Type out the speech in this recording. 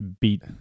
beat